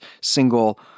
single